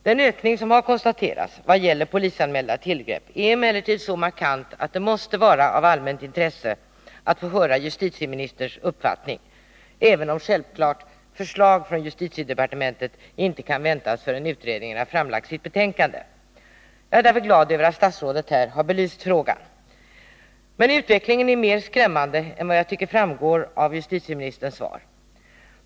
Den ökning som har konstaterats vad gäller polisanmälda tillgrepp är emellertid så markant att det måste vara av allmänt intresse att få höra justitieministerns uppfattning, även om förslag från justitiedepartementet självfallet inte kan väntas förrän utredningen framlagt sitt betänkande. Jag är glad över att statsrådet har belyst frågan. Men utvecklingen är mer skrämmande än vad jag tycker framgår av justitieministerns svar.